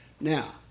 Now